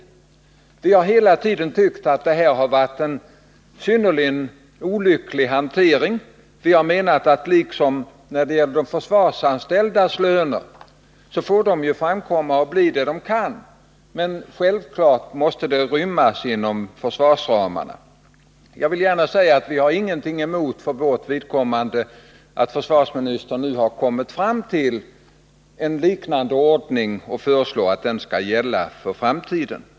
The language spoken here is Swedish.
Vi har hela tiden tyckt att det är en synnerligen olycklig hantering. Värnpliktsförmånerna liksom de försvarsanställdas löner får bli vad de kan bli, men det måste självfallet rymmas inom försvarsramarna. Vi har ingenting emot att försvarsministern nu har kommit fram till detsamma och föreslår att den ordningen skall gälla för framtiden.